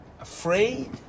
afraid